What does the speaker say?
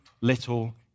little